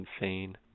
insane